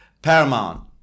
paramount